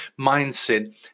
mindset